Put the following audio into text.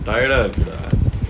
tired ah இருக்குடா:irukkuda